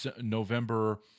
November –